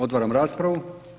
Otvaram raspravu.